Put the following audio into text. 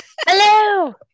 Hello